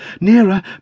nearer